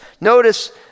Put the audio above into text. Notice